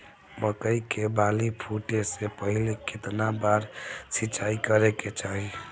मकई के बाली फूटे से पहिले केतना बार सिंचाई करे के चाही?